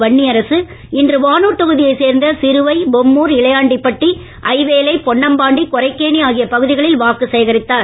வன்னியரசுஇ இன்று வானூர் தொகுதியை சேர்ந்த சிறுவைஇ பொம்மூர்இ இளையாண்டிப்பட்டுஇ ஐவேலிஇ பொன்னம்பாண்டிஇ கொரைக்கேணி ஆகிய பகுதிகளில் வாக்கு சேகரித்தார்